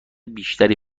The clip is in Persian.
بیشتری